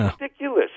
ridiculous